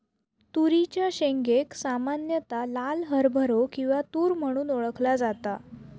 तुरीच्या शेंगेक सामान्यता लाल हरभरो किंवा तुर म्हणून ओळखला जाता